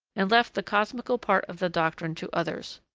and left the cosmical part of the doctrine to others.